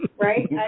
Right